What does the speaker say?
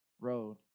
road